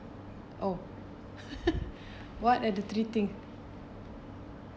oh what are the three things